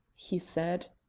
he said.